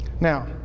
Now